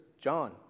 John